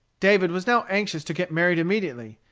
david was now anxious to get married immediately.